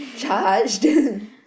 charged